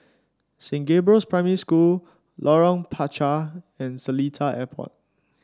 Saint Gabriel's Primary School Lorong Panchar and Seletar Airport